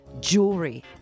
jewelry